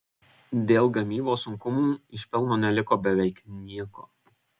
dėl gamybos sunkumų iš pelno neliko beveik nieko